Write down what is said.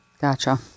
Gotcha